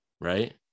right